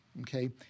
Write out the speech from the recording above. okay